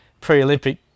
pre-Olympic